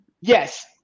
Yes